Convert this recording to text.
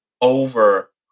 over